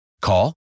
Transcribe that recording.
Call